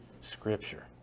scripture